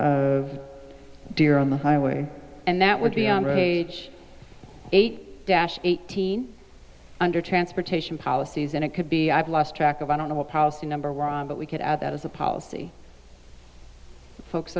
of deer on the highway and that would be age eight eighteen under transportation policies and it could be i've lost track of i don't know what policy number but we could add that as a policy folks